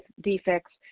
defects